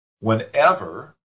whenever